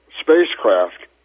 spacecraft